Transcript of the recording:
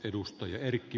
arvoisa puhemies